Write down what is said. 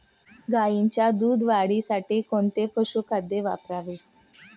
गाईच्या दूध वाढीसाठी कोणते पशुखाद्य वापरावे?